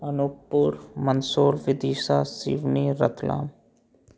Anuppur Mandsaur Vidisha Seoni Ratlam